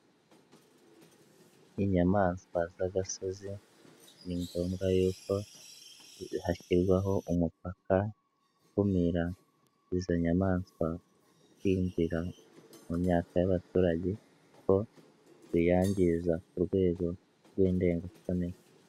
Inyamaswa z'agasozi ni ngombwa yuko hashyirwaho umupaka ukumira izo nyamaswa kwinjira mu myaka y'abaturage kuko ziyangiza ku rwego rw'indengakamere.